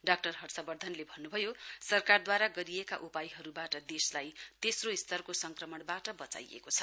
doctor हर्षवर्धनले भन्नु भयो सरकारद्वारा गरिएका उपायहरूबाट देशलाई तेस्रो स्तरको संक्रमणबाट बचाइएको छ